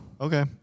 Okay